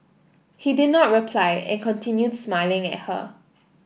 he did not reply and continued smiling at her